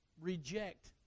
reject